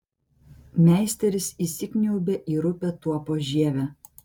meisteris įsikniaubia į rupią tuopos žievę